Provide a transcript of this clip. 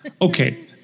Okay